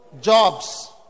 jobs